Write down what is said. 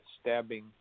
stabbing